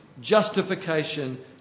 justification